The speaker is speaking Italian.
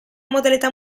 modalità